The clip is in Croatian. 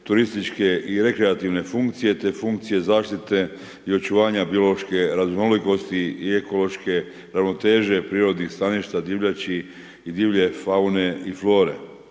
turističke i rekreativne funkcije te funkcije zaštite i očuvanja biološke raznolikosti i ekološke ravnoteže prirodnih staništa divljači i divlje faune i flore.